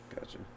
Gotcha